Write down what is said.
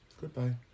Goodbye